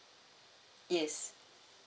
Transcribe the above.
yes